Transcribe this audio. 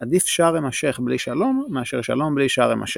"עדיף שארם א-שייח' בלי שלום מאשר שלום בלי שארם א-שייח'".